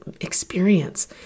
experience